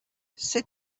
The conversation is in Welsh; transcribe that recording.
sut